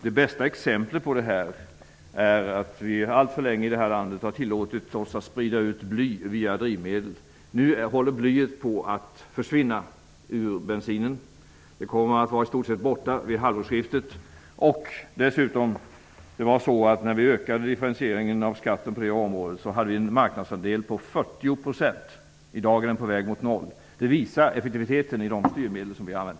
Det bästa exemplet är att vi här i landet alltför länge har tillåtit oss att sprida ut bly via drivmedel. Nu håller blyet på att försvinna ur bensinen. Det kommer att vara i stort sett borta vid halvårsskiftet. När vi ökade differentieringen av skatten på drivmedel hade den blyade bensinen en marknadsandel på 40 %. I dag är den på väg mot noll. Det visar effektiviteten i de styrmedel som vi har använt.